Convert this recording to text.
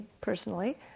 personally